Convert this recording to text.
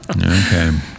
Okay